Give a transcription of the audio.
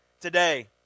Today